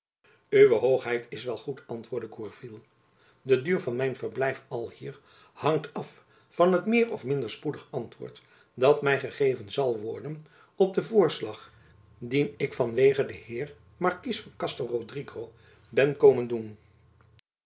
uwe hoogheid is wel goed antwoordde grourville de duur van mijn verblijf alhier hangt af van het meer of minder spoedig antwoord dat my gegeven zal worden op den voorslag dien ik van wege den heer markies van castel rodrigo ben komen doen